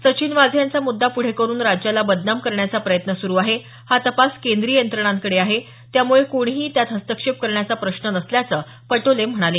सचिन वाझे यांचा मुद्दा पुढे करून राज्याला बदनाम करण्याचा प्रयत्न सुरू आहे हा तपास केंद्रीय यंत्रणांकडे आहे त्यामुळे कोणीही त्यात हस्तक्षेप करण्याचा प्रश्न नसल्याचं पटोले म्हणाले